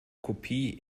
kopie